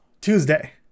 Tuesday